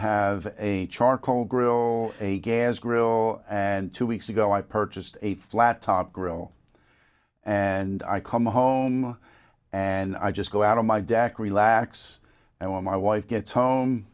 have a charcoal grill a gas grill and two weeks ago i purchased a flat top grill and i come home and i just go out on my deck relax and when my wife gets home